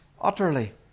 Utterly